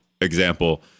example